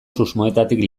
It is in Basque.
susmoetatik